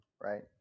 right